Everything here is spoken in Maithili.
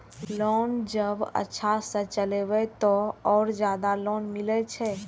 लोन जब अच्छा से चलेबे तो और ज्यादा लोन मिले छै?